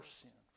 sin